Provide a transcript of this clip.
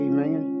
Amen